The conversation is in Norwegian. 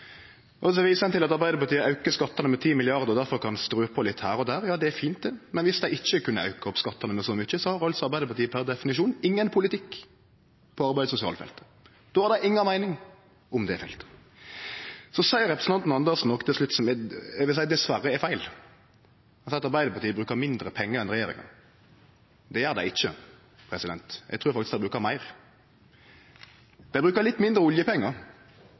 Så viser ein til at Arbeidarpartiet aukar skattane med 10 mrd. kr og difor kan strø på litt her og der. Det er fint, det, men viss dei ikkje kunne auka skattane med så mykje, har Arbeidarpartiet per definisjon ingen politikk på arbeids- og sosialfeltet – då har dei inga meining om det feltet. Så seier representanten Andersen noko til slutt som eg vil seie dessverre er feil. Han seier at Arbeidarpartiet brukar mindre pengar enn regjeringa. Det gjer dei ikkje, eg trur faktisk dei brukar meir. Dei brukar litt mindre oljepengar.